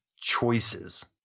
choices